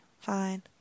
fine